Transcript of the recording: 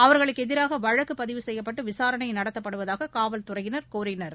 அவர்களுக்கு எதிராக வழக்கு பதிவு செய்யப்பட்டு விசாரணை நடத்தப்படுவதாக காவல்துறையினர் கூறினர்